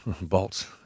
bolts